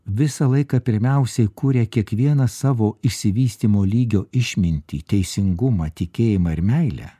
visą laiką pirmiausiai kuria kiekvieną savo išsivystymo lygio išmintį teisingumą tikėjimą ir meilę